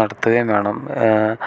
നടത്തുകയും വേണം